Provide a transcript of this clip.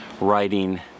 writing